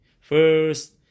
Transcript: First